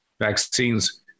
vaccines